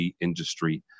industry